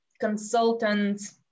consultants